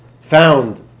found